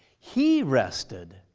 he rested.